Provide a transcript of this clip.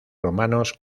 romanos